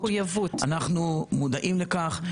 אנחנו מודעים לכך,